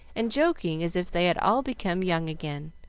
and joking as if they had all become young again